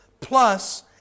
plus